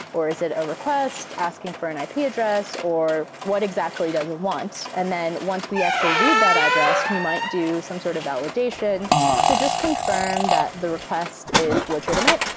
or is it a request asking for an ip address, or what exactly does it want? and then once we actually read that address, we might do some sort of validation to just confirm that the request is legitimate.